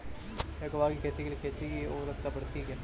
क्या ग्वार की खेती से खेत की ओर उर्वरकता बढ़ती है?